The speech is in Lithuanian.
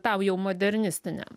tą jau modernistinę